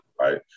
right